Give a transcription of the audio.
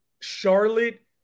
Charlotte